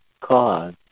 cause